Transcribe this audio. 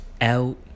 out